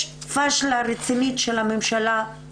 יש פאשלה רצינית של הממשלה,